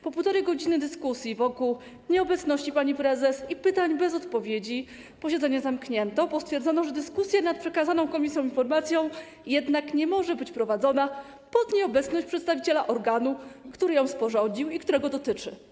Po 1,5 godziny dyskusji wokół nieobecności pani prezes i pytań bez odpowiedzi posiedzenie zamknięto, bo stwierdzono, że dyskusja nad przekazaną komisjom informacją jednak nie może być prowadzona pod nieobecność przedstawiciela organu, który ją sporządził i którego ona dotyczy.